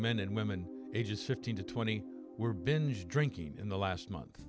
men and women ages fifteen to twenty were binge drinking in the last month